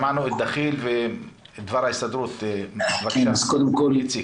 שמענו את דחיל ודבר ההסתדרות, בבקשה, איציק.